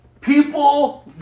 People